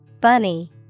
bunny